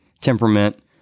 temperament